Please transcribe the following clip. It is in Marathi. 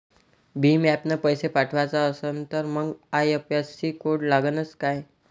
भीम ॲपनं पैसे पाठवायचा असन तर मंग आय.एफ.एस.सी कोड लागनच काय?